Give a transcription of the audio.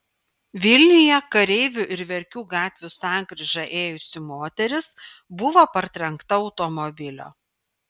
vilniuje kareivių ir verkių gatvių sankryža ėjusi moteris buvo partrenkta automobilio